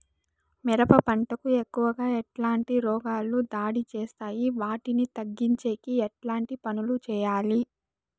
మిరప పంట కు ఎక్కువగా ఎట్లాంటి రోగాలు దాడి చేస్తాయి వాటిని తగ్గించేకి ఎట్లాంటి పనులు చెయ్యాలి?